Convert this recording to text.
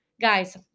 Guys